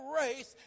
race